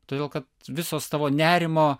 todėl kad visos tavo nerimo